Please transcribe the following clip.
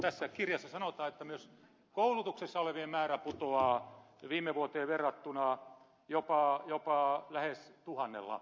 tässä kirjassa sanotaan että myös koulutuksessa olevien määrä putoaa viime vuoteen verrattuna jopa lähes tuhannella